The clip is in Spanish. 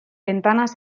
ventanas